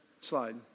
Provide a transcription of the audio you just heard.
slide